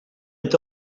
est